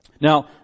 Now